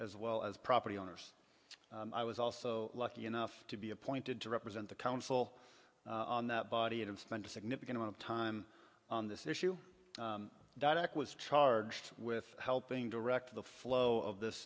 as well as property owners i was also lucky enough to be appointed to represent the council on that body and spent a significant amount of time on this issue direct was charged with helping direct the flow of this